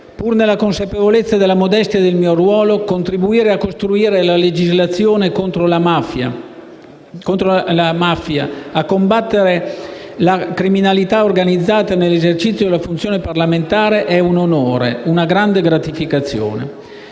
Pur nella consapevolezza della modestia del mio ruolo, contribuire a costruire la legislazione contro la mafia e combattere la criminalità organizzata nell'esercizio della funzione parlamentare è un onore e una grande gratificazione.